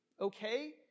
okay